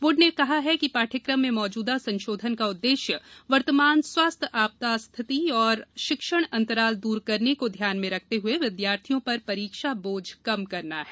board ने कहा है कि पाठ्यक्रम में मौजूदा संशोधन का उद्देश्य वर्तमान स्वास्थ्य आपात स्थिति और शिक्षण अंतराल दूर करने को ध्यामन में रखते हुए विद्यार्थियों पर परीक्षा बोझ कम करना है